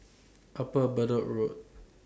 Upper Bedok Road